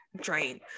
drain